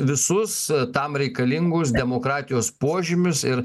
visus tam reikalingus demokratijos požymius ir